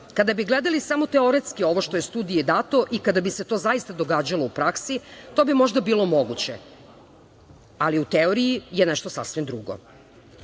Kada bi gledali samo teoretski samo ono što je studiji dato i kada bi se to zaista događalo u praksi, to bi možda bilo moguće, ali u teoriji je nešto sasvim